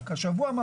ממש השבוע,